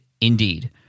Indeed